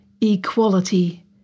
equality